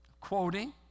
quoting